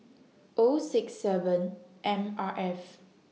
O six seven M R F